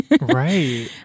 Right